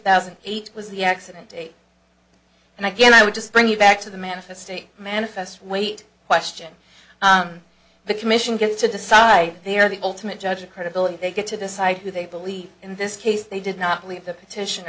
thousand and eight was the accident and again i would just bring you back to the manifest a manifest weight question on the commission gets to decide they are the ultimate judge of credibility they get to decide who they believe in this case they did not believe the petition